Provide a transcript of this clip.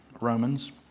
Romans